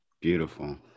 Beautiful